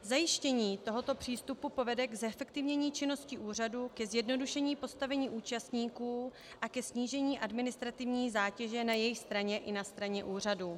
Zajištění tohoto přístupu povede k zefektivnění činnosti úřadu, ke zjednodušení postavení účastníků a ke snížení administrativní zátěže na jejich straně i na straně úřadu.